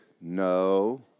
no